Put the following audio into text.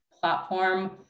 platform